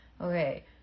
okay